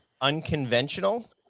unconventional